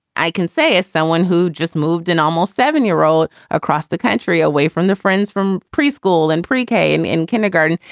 i can say as someone who just moved a normal seven year old across the country, away from the friends from preschool and pretty came in kindergarten.